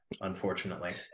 unfortunately